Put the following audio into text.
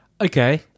Okay